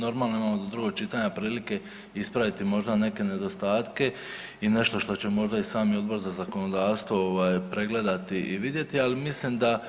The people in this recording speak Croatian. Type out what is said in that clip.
Normalno imamo do drugog čitanja prilike ispraviti možda neke nedostatke i nešto što će možda i sami Odbor za zakonodavstvo ovaj pregledati i vidjeti, ali mislim da